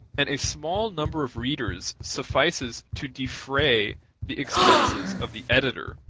and a small number of readers suffices to defray the expenses of the editor.